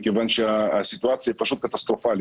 מכיוון שהסיטואציה היא פשוט קטסטרופלית.